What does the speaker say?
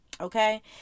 okay